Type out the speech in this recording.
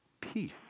peace